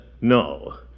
No